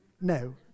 No